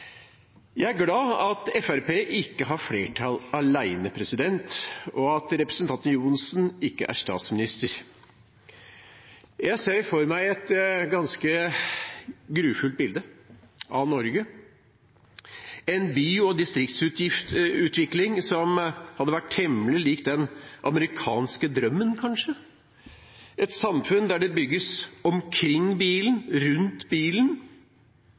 Jeg er glad for at Fremskrittspartiet ikke har flertall alene, og for at representanten Johnsen ikke er statsminister. Jeg ser for meg et ganske grufullt bilde av Norge – en by- og distriktsutvikling som hadde vært temmelig lik den amerikanske drømmen, kanskje – et samfunn der det bygges omkring bilen, rundt bilen